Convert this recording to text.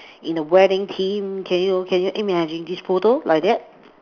in the wedding theme can you can you imagine this photo like that